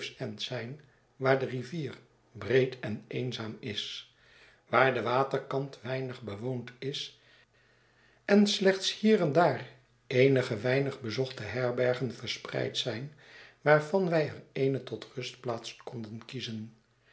zijn waar de rivier breed en eenzaam is waar de waterkant weinig bewoond is en slechts hier en daar eenige weinig bezochte herbergen verspreid zijn waarvan wij er eene tot rustplaats konden kiezen